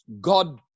God